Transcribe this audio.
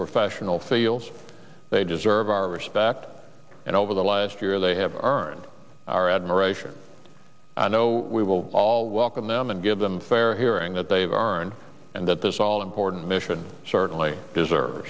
professional feels they deserve our respect and over the last year they have heard our admiration i know we will all welcome them and give them fair hearing that they are in and that this all important mission certainly deserve